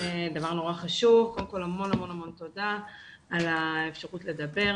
המון תודה על האפשרות לדבר.